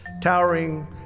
towering